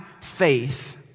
faith